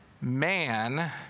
man